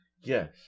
Yes